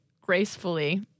gracefully